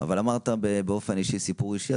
אבל אמרת באופן אישי סיפור אישי,